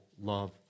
love